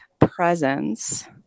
presence